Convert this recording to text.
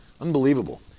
Unbelievable